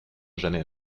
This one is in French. jamais